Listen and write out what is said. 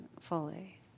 fully